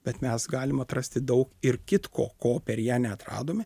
bet mes galim atrasti daug ir kitko ko per ją neatradome